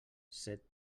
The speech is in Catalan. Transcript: set